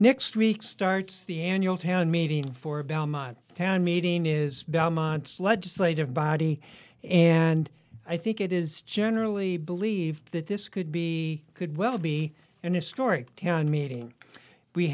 next week starts the annual town meeting for belmont town meeting is belmont's legislative body and i think it is generally believed that this could be could well be an historic town meeting we